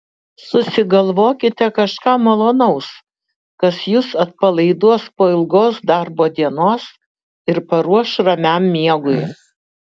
susigalvokite kažką malonaus kas jus atpalaiduos po ilgos darbo dienos ir paruoš ramiam miegui